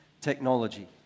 technology